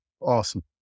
Awesome